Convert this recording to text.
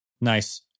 Nice